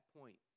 point